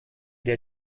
der